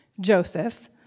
Joseph